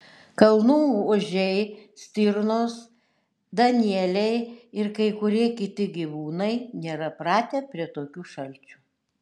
kalnų ožiai stirnos danieliai ir kai kurie kiti gyvūnai nėra pratę prie tokių šalčių